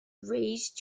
raised